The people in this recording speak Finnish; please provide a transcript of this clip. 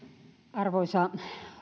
arvoisa